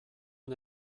und